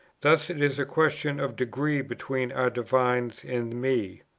thus it is a question of degree between our divines and me.